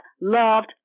loved